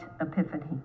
epiphany